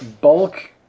Bulk